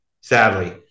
sadly